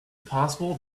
possible